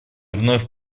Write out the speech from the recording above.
вновь